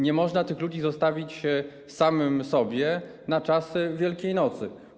Nie można tych ludzi zostawić samym sobie na czas Wielkiejnocy.